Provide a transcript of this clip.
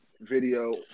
video